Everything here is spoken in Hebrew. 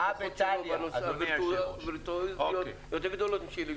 יש לו רטוריות יותר גדולות משלי ושלך.